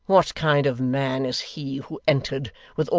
what kind of man is he who entered,